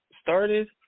started